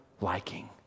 liking